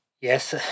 Yes